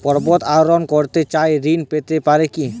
পর্বত আরোহণ করতে চাই ঋণ পেতে পারে কি?